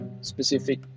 specific